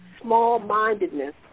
small-mindedness